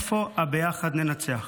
איפה ה"ביחד ננצח"?